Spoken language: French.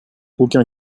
aucun